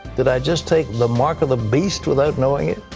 did i just take the mark of the beast, without knowing it?